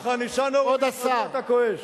אני אומר לך, ניצן הורוביץ, אתה כועס.